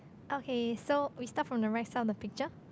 okay so we start from the right side of the picture